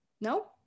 No